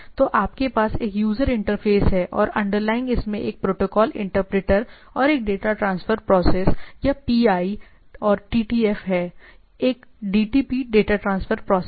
तो आपके पास एक यूजर इंटरफ़ेस है और अंडरलाइनग इसमें एक प्रोटोकॉल इंटरप्रेटर और एक डेटा ट्रांसफर प्रोसेस या पीआई और टीटीएफ है एक डीटीपी डेटा ट्रांसफर प्रोसेस है